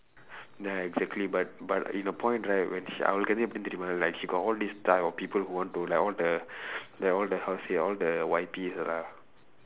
ya exactly but but in a point right when she அவளுக்கு வந்து எப்படி தெரியுமா:avalukku vandthu eppadi theriyumaa like she got all this type of people who want to like all the like all the how to say all the Y P lah